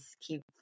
keep